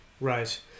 Right